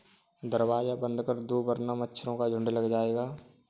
दरवाज़ा बंद कर दो वरना मच्छरों का झुंड लग जाएगा